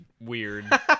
weird